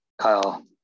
Kyle